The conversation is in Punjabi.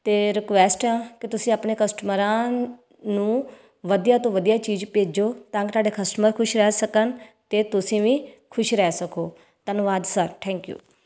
ਅਤੇ ਰਿਕੁਐਸਟ ਆ ਕਿ ਤੁਸੀਂ ਆਪਣੇ ਕਸਟਮਰਾਂ ਨੂੰ ਵਧੀਆ ਤੋਂ ਵਧੀਆ ਚੀਜ਼ ਭੇਜੋ ਤਾਂ ਕਿ ਤੁਹਾਡਾ ਕਸਟਮਰ ਖੁਸ਼ ਰਹਿ ਸਕਣ ਅਤੇ ਤੁਸੀਂ ਵੀ ਖੁਸ਼ ਰਹਿ ਸਕੋ ਧੰਨਵਾਦ ਸਰ ਥੈਂਕ ਯੂ